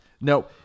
No